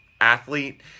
athlete